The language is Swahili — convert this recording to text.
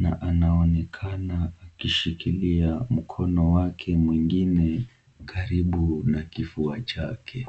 na anaonekana akishikilia mkono wake mwingine karibu ka kifua chake.